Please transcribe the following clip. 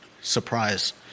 Surprise